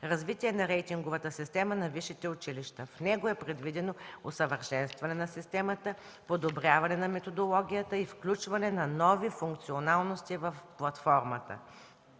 „Развитие на рейтинговата система на висшите училища”. В него е предвидено усъвършенстване на системата, подобряване на методологията и включване на нови функционалности в платформата.